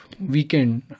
weekend